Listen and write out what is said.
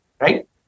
right